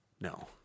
No